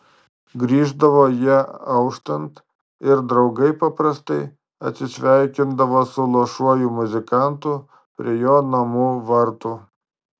grįždavo jie auštant ir draugai paprastai atsisveikindavo su luošuoju muzikantu prie jo namų vartų